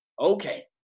Okay